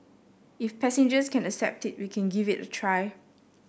if passengers can accept it we can give it a try